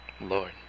Lord